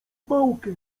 pałkę